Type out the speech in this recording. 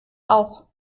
auch